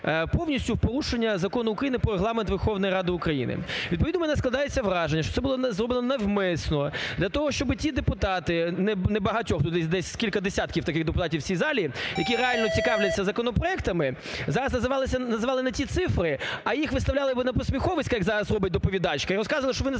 Повністю порушення Закону України "Про Регламент Верховної Ради України". Відповідно в мене складається враження, що це було зроблено навмисно для того, щоб ті депутати, не багато, тут їх десь кілька десятків таких депутатів в цій залі, які реально цікавляться законопроектами, зараз називали не ті цифри, а їх виставляли би на посміховисько, як зараз робить доповідачка, і розказували, що ви